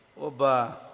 Oba